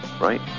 right